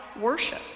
worship